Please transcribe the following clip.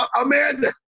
Amanda